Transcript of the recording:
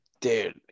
dude